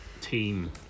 team